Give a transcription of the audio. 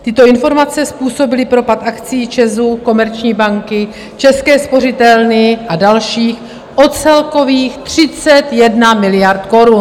Tyto informace způsobily propad akcií ČEZu, Komerční banky, České spořitelny a dalších o celkových 31 miliard korun.